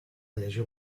llegir